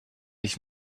ich